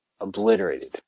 obliterated